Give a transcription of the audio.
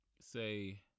say